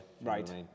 Right